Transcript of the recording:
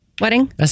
wedding